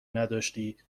نداشتی